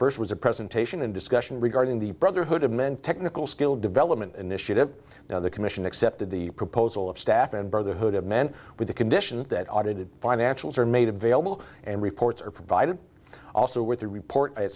was a presentation and discussion regarding the brotherhood of men technical skill development initiative the commission accepted the proposal of staff and brotherhood of men with the condition that audited financials are made available and reports are provided also with the report at